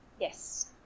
Yes